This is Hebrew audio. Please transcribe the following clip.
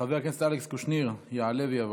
חבר הכנסת אלכס קושניר יעלה ויבוא.